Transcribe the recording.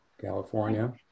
California